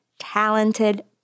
talented